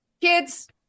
kids